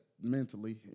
mentally